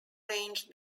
ranged